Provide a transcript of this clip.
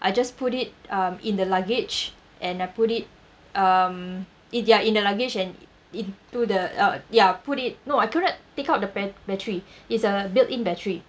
I just put it um in the luggage and I put it um it ya in the luggage and into the uh ya put it no I couldn't take out the bat~ battery it's a built in battery